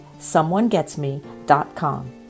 someonegetsme.com